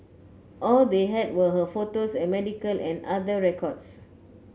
all they had were her photos and medical and other records